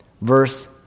verse